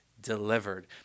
delivered